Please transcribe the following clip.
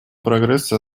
прогресса